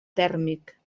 tèrmic